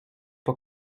pas